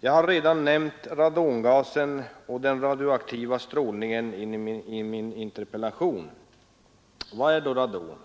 Jag har redan nämnt radongasen och den radioaktiva strålningen. Vad är då radon?